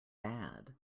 bad